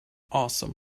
awesome